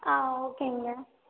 ஓகேங்க